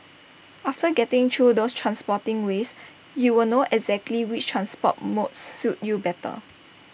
after getting through those transporting ways you will know exactly which transport modes suit you better